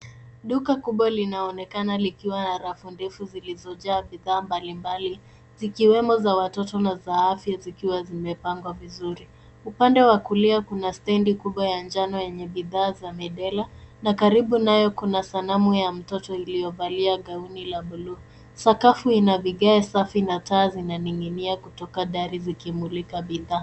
Duka kubwa linaonekana likiwa na rafu ndefu zilizojaa bidhaa mbalimbali zikiwemo za watoto na za afya zikiwa zimepangwa vizuri. Upande wa kulia kuna stendi kubwa ya njano yenye bidhaa za Medela na karibu nayo kuna sanamu ya mtoto iliyovalia gauni la buluu . Sakafu ina vigae safi na taa zinaning'inia kutoka dari zikimulika bidhaa.